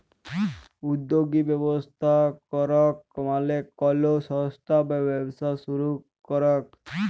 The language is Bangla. উদ্যগী ব্যবস্থা করাক মালে কলো সংস্থা বা ব্যবসা শুরু করাক